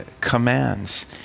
commands